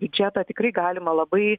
biudžetą tikrai galima labai